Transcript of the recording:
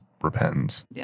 repentance